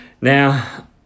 Now